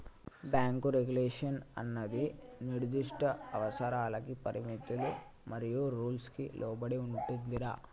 bank regulation అన్నది నిర్దిష్ట అవసరాలకి పరిమితులు మరియు రూల్స్ కి లోబడి ఉంటుందిరా